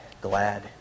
glad